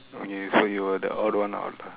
okay so you were the odd one out ah